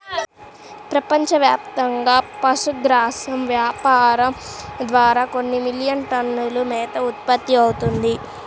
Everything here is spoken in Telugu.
ప్రపంచవ్యాప్తంగా పశుగ్రాసం వ్యాపారం ద్వారా కొన్ని మిలియన్ టన్నుల మేత ఉత్పత్తవుతుంది